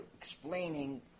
explaining